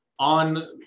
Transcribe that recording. On